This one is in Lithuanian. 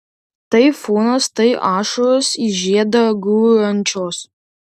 taifūnas tai ašaros į žiedą gūrančios